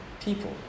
people